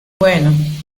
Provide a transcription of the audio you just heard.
bueno